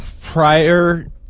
prior